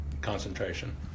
concentration